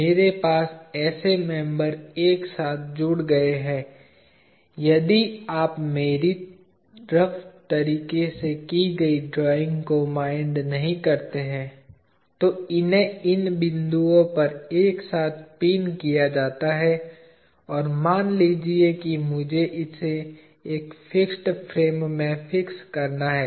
मेरे पास ऐसे मेंबर एक साथ जुड़ गए हैं यदि आप मेरी रफ़ तरीके से की गई ड्राइंग को माइंड नहीं करते है तो इन्हें इन बिंदुओं पर एक साथ पिन किया जाता है और मान लीजिए कि मुझे इसे एक फिक्स फ्रेम में फिक्स करना है